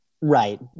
right